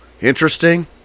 interesting